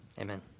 amen